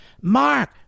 Mark